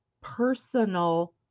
personal